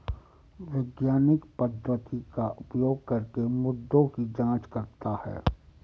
वैज्ञानिक पद्धति का उपयोग करके मुद्दों की जांच करता है